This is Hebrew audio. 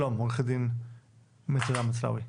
שלום עו"ד מצדה מצלאוי.